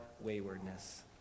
waywardness